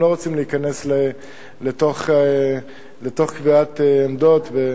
הם לא רוצים להיכנס לתוך קביעת עמדות.